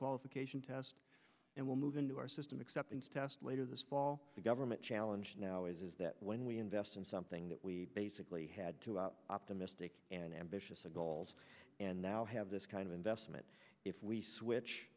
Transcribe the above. qualification test and we'll move into our system acceptance tests later this fall the government challenge now is that when we invest in something that we basically had to out optimistic and ambitious goals and now have this kind of investment if we switch